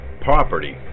property